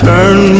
Turn